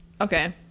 okay